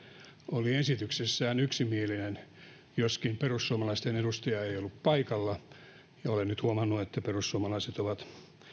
oli esityksessään yksimielinen joskin perussuomalaisten edustaja ei ei ollut paikalla ja olen nyt huomannut että perussuomalaiset ovat